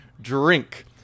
drink